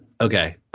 Okay